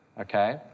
okay